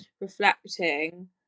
reflecting